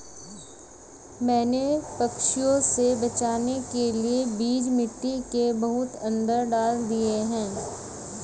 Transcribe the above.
मैंने पंछियों से बचाने के लिए बीज मिट्टी के बहुत अंदर डाल दिए हैं